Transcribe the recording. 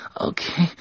okay